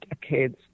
decades